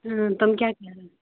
تِم کیٛاہ کَرن